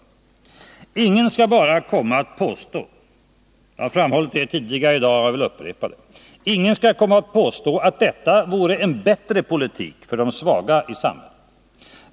Ingen skall komma och påstå — jag har framhållit det tidigare och jag vill upprepa det — att detta vore en bättre politik för de svaga i samhället.